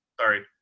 sorry